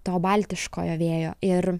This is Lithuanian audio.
to baltiškojo vėjo ir